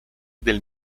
del